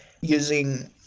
using